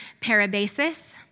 parabasis